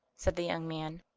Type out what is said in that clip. said the young man.